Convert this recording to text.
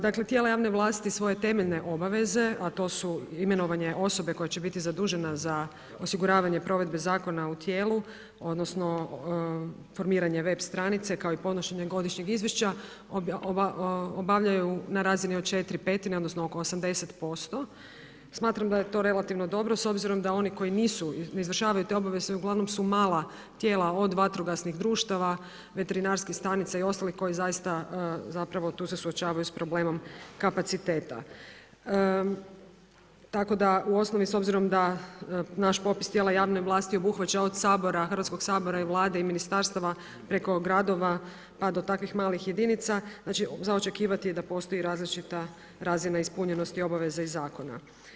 Dakle tijela javne vlasti svoje temeljne obaveze, a to su imenovanje osobe koja će biti zadužena za osiguravanje provedbe zakona u tijelu odnosno formiranje web stranice kao i podnošenje godišnjeg izvješća obavljaju na razini od četiri petine odnosno oko 80%. smatram da je to relativno dobro obzirom da oni koji ne izvršavaju te obaveze uglavnom su mala tijela od vatrogasnih društava, veterinarskih stanica i ostali koji se zaista tu suočavaju s problemom kapaciteta, tako da u osnovi s obzirom da naš popis tijela javne vlasti obuhvaća od Hrvatskog sabora i Vlade i ministarstava preko gradova pa do takvih malih jedinica, znači za očekivati je da postoji različita razina ispunjenosti obaveze iz zakona.